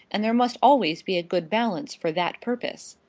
and there must always be a good balance for that purpose.